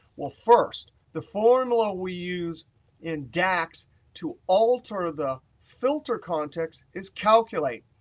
well first, the formula we use in dax to alter the filter context is calculate.